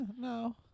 No